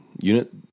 Unit